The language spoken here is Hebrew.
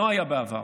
לא היה בעבר.